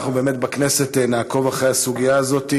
אנחנו באמת בכנסת נעקוב אחרי הסוגיה הזאת.